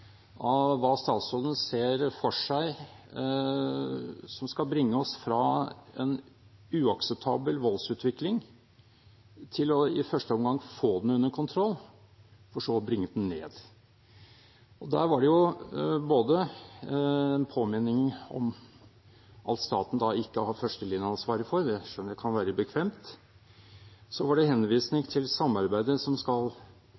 hva statsråden ser for seg skal bringe oss fra en uakseptabel voldsutvikling til i første omgang å få den under kontroll, for så å bringe den ned. Her var det både en påminning om alt staten ikke har førstelinjeansvaret for, det skjønner jeg kan være bekvemt, og så var det en henvisning til samarbeidet som skal